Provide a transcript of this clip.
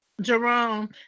jerome